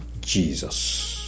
Jesus